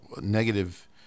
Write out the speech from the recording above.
negative